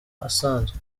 asanzwe